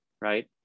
right